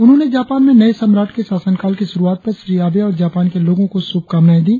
उन्होंने जापान में नये सम्राट के शासनकाल की शुरुआत पर श्री आबे और जापान के लोगो को शुभकामनाए दी